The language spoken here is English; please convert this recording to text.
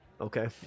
Okay